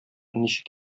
ничек